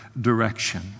direction